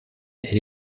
elle